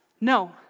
No